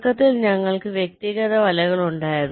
തുടക്കത്തിൽ ഞങ്ങൾക്ക് വ്യക്തിഗത വലകൾ ഉണ്ടായിരുന്നു